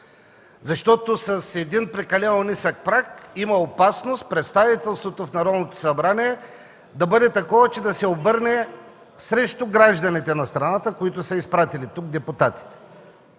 С един прекалено нисък праг има опасност представителството в Народното събрание да бъде такова, че да се обърне срещу гражданите на страната, които са изпратили тук депутати.